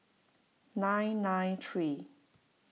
nine nine three